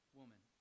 woman